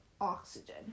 oxygen